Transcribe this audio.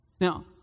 Now